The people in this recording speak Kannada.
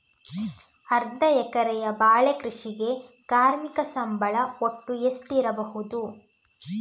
ಅರ್ಧ ಎಕರೆಯ ಬಾಳೆ ಕೃಷಿಗೆ ಕಾರ್ಮಿಕ ಸಂಬಳ ಒಟ್ಟು ಎಷ್ಟಿರಬಹುದು?